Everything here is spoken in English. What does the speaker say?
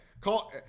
Call